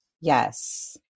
Yes